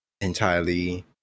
entirely